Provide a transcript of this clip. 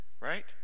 right